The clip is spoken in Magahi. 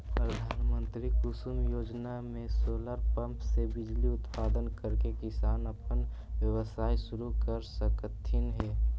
प्रधानमंत्री कुसुम योजना में सोलर पंप से बिजली उत्पादन करके किसान अपन व्यवसाय शुरू कर सकलथीन हे